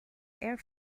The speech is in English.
air